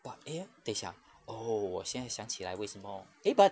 but eh 等下 oh 我现在想起来为什么 eh but